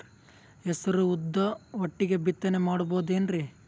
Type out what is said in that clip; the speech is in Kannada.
ಹೆಸರು ಉದ್ದು ಒಟ್ಟಿಗೆ ಬಿತ್ತನೆ ಮಾಡಬೋದೇನ್ರಿ?